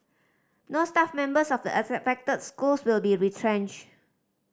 no staff members of the affected schools will be retrenched